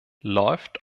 läuft